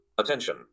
Attention